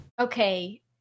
okay